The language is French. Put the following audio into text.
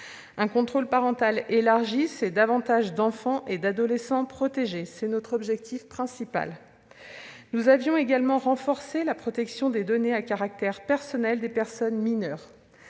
Un contrôle parental élargi, c'est davantage d'enfants et d'adolescents protégés. Tel est notre objectif principal. Nous avions également renforcé la protection des données à caractère personnel des mineurs.